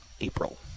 April